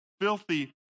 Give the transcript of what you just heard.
filthy